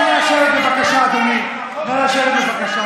נא לשבת בבקשה,